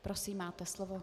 Prosím, máte slovo.